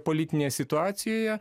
politinėje situacijoje